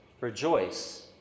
rejoice